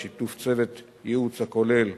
בשיתוף צוות ייעוץ הכולל